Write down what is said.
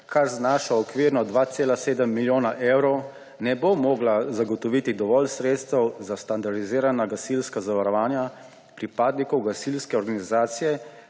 kar znaša okvirno 2,7 milijona evrov, ne bo mogla zagotoviti dovolj sredstev za standardizirana gasilska zavarovanja pripadnikov gasilske organizacije